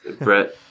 Brett